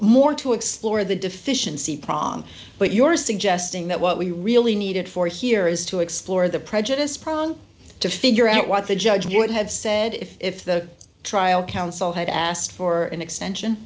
more to explore the deficiency prom but you're suggesting that what we really need it for here is to explore the prejudice prone to figure out what the judge would have said if the trial counsel had asked for an extension